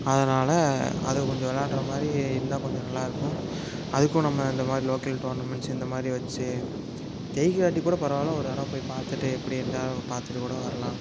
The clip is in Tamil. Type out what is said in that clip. அதனாலே அது கொஞ்சம் விளாடுகிற மாதிரி இருந்தால் கொஞ்சம் நல்லாயிருக்கும் அதுக்கும் நம்ம இந்த மாதிரி லோக்கல் டோர்னமெண்ட்ஸ் இந்த மாதிரி வெச்சு ஜெயிக்காட்டி கூட பரவாயில்ல ஒரு தடவை போய் பார்த்துட்டு எப்படி இருந்தாலும் பார்த்துட்டு கூட வரலாம்